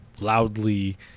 loudly